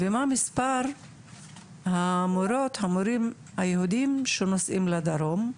ומה מספר המורות, היהודים שנוסעים לדרום,